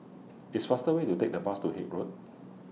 It's faster Way to Take The Bus to Haig Road